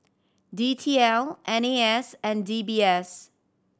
D T L N A S and D B S